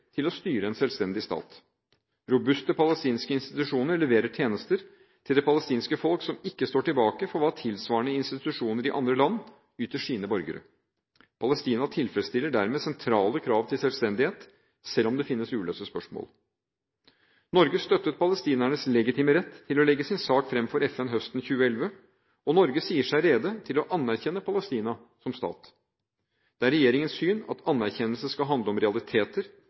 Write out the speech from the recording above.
til å styre en selvstendig stat. Robuste, palestinske institusjoner leverer tjenester til det palestinske folk som ikke står tilbake for hva tilsvarende institusjoner i andre land yter sine borgere. Palestina tilfredsstiller dermed sentrale krav til selvstendighet, selv om det finnes uløste spørsmål. Norge støttet palestinernes legitime rett til å legge sin sak fram for FN høsten 2011, og Norge sier seg rede til å anerkjenne Palestina som stat. Det er regjeringens syn at anerkjennelse skal handle om realiteter